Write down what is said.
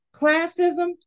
classism